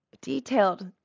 detailed